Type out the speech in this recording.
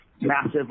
massive